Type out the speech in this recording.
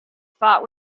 fought